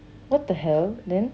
what the hell then